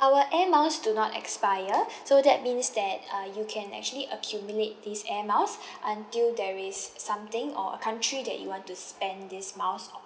our air miles do not expire so that means that uh you can actually accumulate this air miles until there is something or a country that you want to spend this miles on